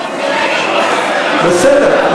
בסדר.